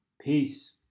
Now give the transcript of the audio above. Peace